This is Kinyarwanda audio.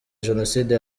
jenoside